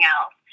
else